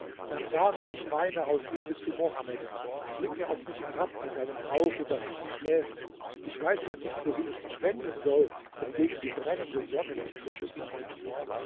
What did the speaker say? erbarme dich meiner aus liebe zu mohammed blicke auf mich herab mit deinem auge das nie schläft ich weiß ja nicht wohin ich mich wenden soll um gegen die brennende sonne mich zu schützen